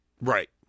right